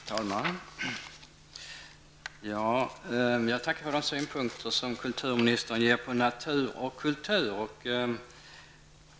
Herr talman! Jag tackar för de synpunkter som kulturministern ger på natur och kultur.